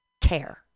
Care